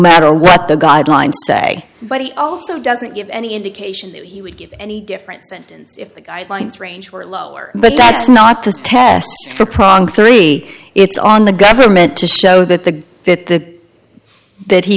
matter what the guidelines say but he also doesn't give any indication that he would give any difference and the guidelines range were lower but that's not the test for pronk three it's on the government to show that the that the that he